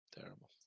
Terrible